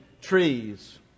trees